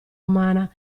umana